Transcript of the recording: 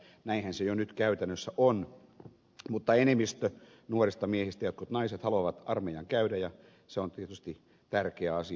näinhän se jo nyt käytännössä on mutta enemmistö nuorista miehistä haluaa samoin jotkut naiset armeijan käydä ja se on tietysti tärkeä asia